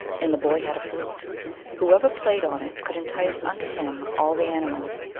and the boy had a flute whoever played on it could entice unto him all the animals.